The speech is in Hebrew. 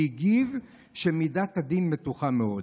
הוא הגיב שמידת הדין מתוחה מאוד.